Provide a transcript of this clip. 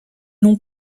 l’on